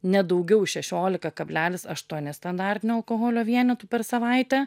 ne daugiau šešiolika kablelis aštuoni standartinio alkoholio vienetų per savaitę